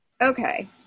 Okay